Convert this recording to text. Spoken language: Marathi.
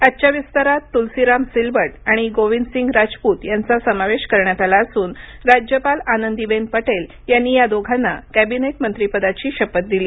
आजच्या विस्तारात तुलसीराम सिलवत आणि गोविंदसिंग राजपूत यांचा समावेश करण्यात आला असून राज्यपाल आनंदीबेन पटेल यांनी या दोघांना कॅबिनेट मंत्रीपदाची शपथ दिली